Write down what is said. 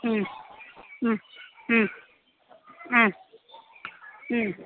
മ്മ് മ്മ് മ്മ് മ്മ് മ്മ്